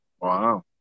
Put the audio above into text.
Wow